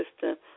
system